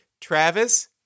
Travis